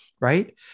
right